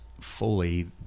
fully